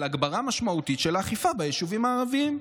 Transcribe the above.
הגברה משמעותית של האכיפה ביישובים הערביים,